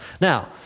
Now